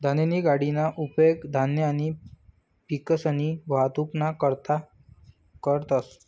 धान्यनी गाडीना उपेग धान्य आणि पिकसनी वाहतुकना करता करतंस